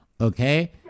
Okay